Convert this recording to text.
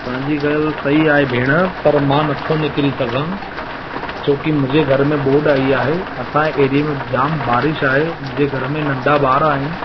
तव्हांजी ॻाल्हि सही आहे भेणु पर मां नथो निकरी सघां छोकी मुंहिंजे घर में बोड आई आहे असांजे एरिए में जाम बारिश आहे मुंहिंजे घर में नंढा ॿार आहिनि